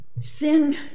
Sin